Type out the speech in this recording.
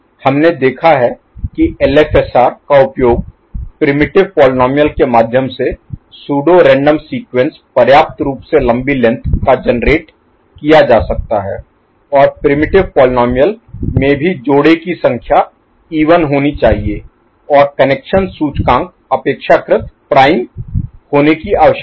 हमने देखा है कि LFSR का उपयोग प्रिमिटिव Primitive आदिम पोलीनोमिअल के माध्यम से सूडो रैंडम सीक्वेंस पर्याप्त रूप से लंबी लेंथ का जेनेरेट किया जा सकता है और प्रिमिटिव Primitive आदिम पोलीनोमिअल में भी जोड़े की संख्या इवन होनी चाहिए और कनेक्शन सूचकांक अपेक्षाकृत प्राइम होने की आवश्यकता है